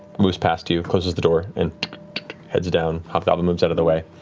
moves past you, closes the door and heads down, hobgoblin moves out of the way.